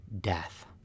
death